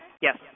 Yes